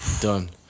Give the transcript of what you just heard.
Done